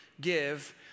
give